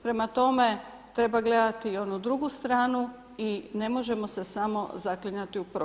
Prema tome, treba gledati i onu drugu stranu i ne možemo se samo zaklinjati u prošlost.